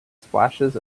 splashes